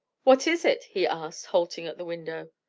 what is it? he asked, halting at the window.